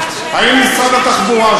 האם משרד התחבורה,